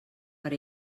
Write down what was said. per